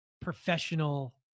professional